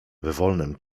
wolnym